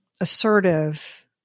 assertive